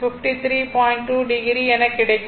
2o ampere எனக் கிடைக்கும்